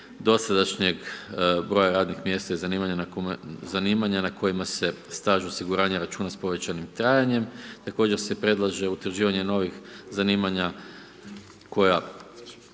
dosadašnjeg broja radnih mjesta i zanimanja na kojima se staž osiguranja računa s povećanim trajanjem. Također se predlaže utvrđivanje novih zanimanja koja,